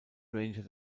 ranger